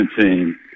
team